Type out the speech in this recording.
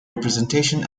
representation